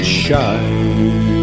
shine